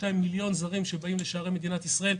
מיליון זרים שבאים בשערי מדינת ישראל,